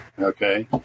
Okay